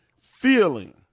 feeling